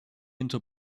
into